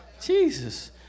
Jesus